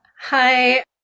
Hi